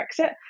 Brexit